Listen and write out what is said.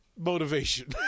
motivation